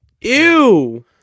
Ew